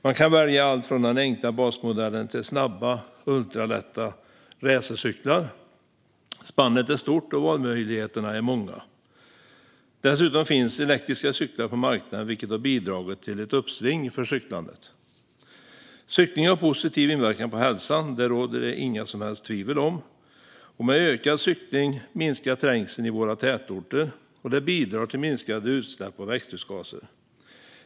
Man kan välja allt från den enkla basmodellen till snabba, ultralätta racercyklar - spannet är stort och valmöjligheterna många. Dessutom finns elektriska cyklar på marknaden, vilket har bidragit till ett uppsving för cyklandet. Cykling har positiv inverkan på hälsan; det råder det inga som helst tvivel om. Med ökad cykling minskar dessutom trängseln i våra tätorter, och detta bidrar till minskade utsläpp av växthusgaser.